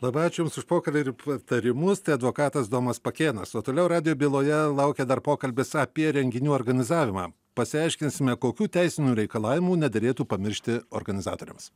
labai ačiū jums už pokalbį ir patarimus tai advokatas domas pakėnas o toliau radijo byloje laukia dar pokalbis apie renginių organizavimą pasiaiškinsime kokių teisinių reikalavimų nederėtų pamiršti organizatoriams